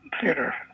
Theater